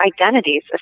identities